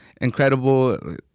incredible